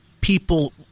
people